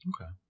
Okay